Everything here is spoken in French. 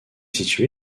situé